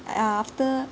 uh after